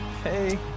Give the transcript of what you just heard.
Hey